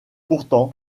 pourtant